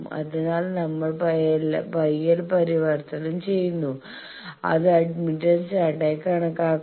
അതിനാൽ നമ്മൾ YL പരിവർത്തനം ചെയ്യുന്നു ഇത് അഡ്മിറ്റൻസ് ചാർട്ടായി കണക്കാക്കുന്നു